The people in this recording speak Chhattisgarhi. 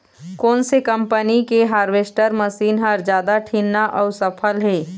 कोन से कम्पनी के हारवेस्टर मशीन हर जादा ठीन्ना अऊ सफल हे?